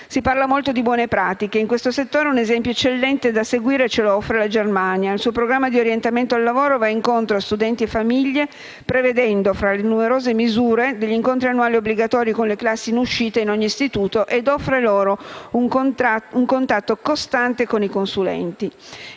Si parla molto di "buone pratiche": in questo settore un esempio eccellente da seguire ce lo offre la Germania, il cui programma di orientamento al lavoro va incontro a studenti e famiglie, prevedendo, fra le numerose misure, degli incontri annuali obbligatori con le classi in "uscita" di ogni istituto e offre loro un contatto costante con i consulenti.